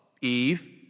Eve